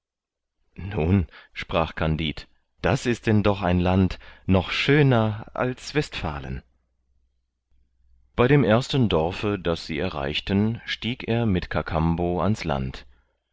nun sprach kandid das ist denn doch ein land noch schöner als westfalen bei dem ersten dorfe das sie erreichten stieg er mit kakambo ans land